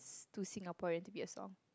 it's too Singaporean to be a song